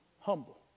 humble